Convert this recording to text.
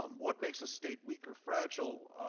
um what makes a state weak or fragile?